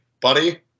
Buddy